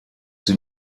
sie